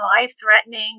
life-threatening